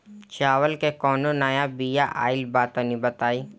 चावल के कउनो नया बिया आइल बा तनि बताइ?